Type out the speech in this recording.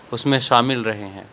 اس میں شامل رہے ہیں